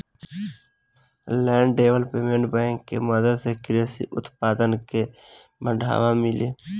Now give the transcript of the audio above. land development bank के मदद से कृषि उत्पादन के बढ़ावा मिली